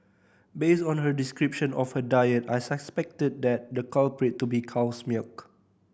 based on her description of her diet I suspected that the culprit to be cow's milk